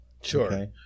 Sure